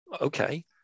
okay